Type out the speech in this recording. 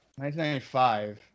1995